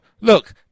look